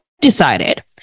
decided